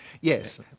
Yes